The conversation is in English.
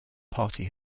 party